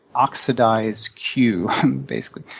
oxidize q basically,